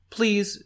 Please